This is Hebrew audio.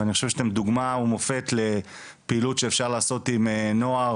וחושב שאתם דוגמא ומופת לפעילות שאפשר לעשות עם נוער